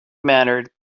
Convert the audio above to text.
mannered